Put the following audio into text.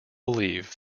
believe